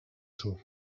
sur